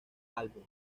álbum